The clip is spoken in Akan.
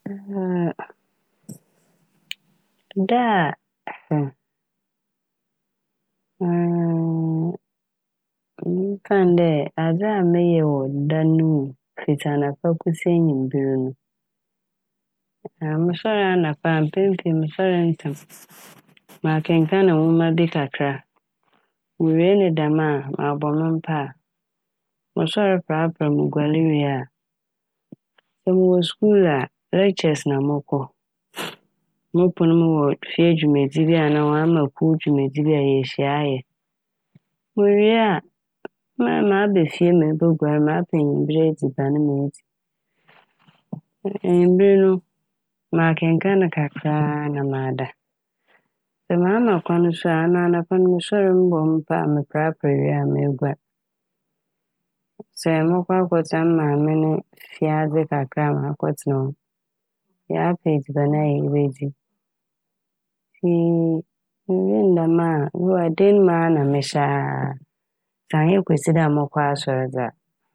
Da a me mfa ne dɛ adze a meyɛ no wɔ da no mu, fitsi anapa kosi ewimber no. Mosɛr anapa a mpɛn pii no mosɛr ntsɛm makenkaan nwoma bi kakra a, mowie ne dɛm a mabɔ me mpaa. Mosɛr prapra, moguar wie a, mowɔ skuul a "lectures" na mɔkɔ mopon, mowɔ fie dwumadzi bi a anaa wɔama kuw dwumadzi bi a yehyia ayɛ. Mowie a maba fie meboguar, mapɛ ewimber edziban medzi. Ewimber no makenkaan kakra a na mada. Sɛ maa ma kwan so a ɔno anapa no mosoɛr mobɔ me mpaa, meprapra wie a meguar. Sɛ mɔkɔ akɔtsena me maame ne fiadze kakra a, makɔtsena hɔ. Yɛapɛ edziaban a yebedzi pii mewie ne dɛm a bi wɔ hɔ a dan mu a na mehyɛ aa, sɛ annyɛ kwasida mɔkɔ asɔr dze a.